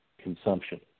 consumption